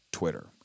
Twitter